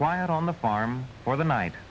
quiet on the farm for the night